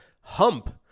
hump